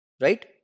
right